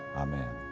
amen.